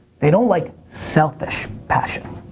they don't like selfish passion.